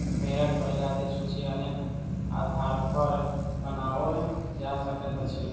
भेंड़क प्रजातिक सूची अनेक आधारपर बनाओल जा सकैत अछि